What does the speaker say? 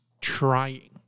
trying